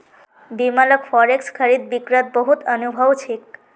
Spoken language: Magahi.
बिमलक फॉरेक्स खरीद बिक्रीत बहुत अनुभव छेक